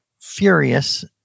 furious